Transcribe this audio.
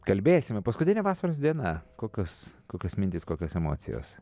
kalbėsime paskutinė vasaros diena kokios kokios mintys kokios emocijos